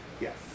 Yes